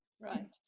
Right